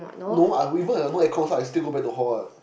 no I even if I got no aircon I also go back to the hall what